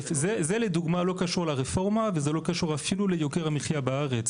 זה לדוגמא לא קשור לרפורמה וזה לא קשור אפילו ליוקר המחייה בארץ.